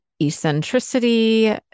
eccentricity